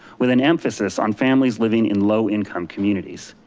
with an emphasis on families living in low income communities.